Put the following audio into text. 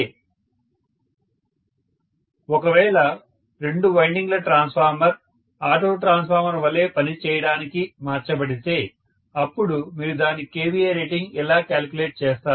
professor student సంభాషణ మొదలవుతుంది student ma'am ఒకవేళ రెండు వైండింగ్ ల ట్రాన్స్ఫార్మర్ ఆటో ట్రాన్స్ఫార్మర్ వలె పని చేయడానికి మార్చబడితే అప్పుడు మీరు దాని kVA రేటింగ్ ఎలా కాలిక్యులేట్ చేస్తారు